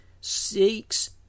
seeks